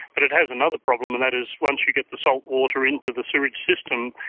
but it has another problem and that is once you get the salt water into the sewerage system,